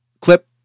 clip